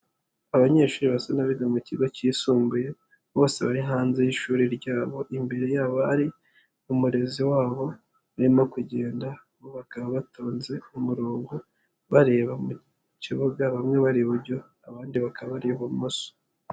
Abanyeshuri basa n'abiga mu kigo kisumbuye bose bari hanze y'ishuri ryabo, imbere yabo hari umurezi wabo urimo kugenda bo bakaba batonze umurongo bareba mu kibuga bamwe bari iburyo abandi bakaba ari ibumoso.